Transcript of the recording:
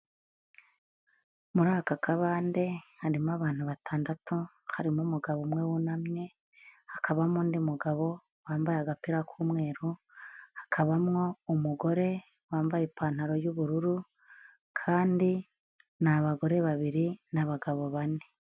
Muri aka kabande harimo abantu batandatu: harimo umugabo umwe wunamye, hakabamo undi mugabo wambaye agapira k'umweru, hakabamwo umugore wambaye ipantaro y'ubururu kandi ni abagore babiri n'abagabo bane.